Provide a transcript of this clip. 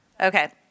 Okay